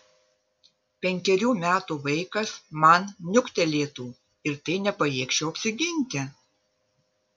penkerių metų vaikas man niuktelėtų ir tai nepajėgčiau apsiginti